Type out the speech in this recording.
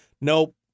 nope